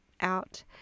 out